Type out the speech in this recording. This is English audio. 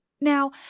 Now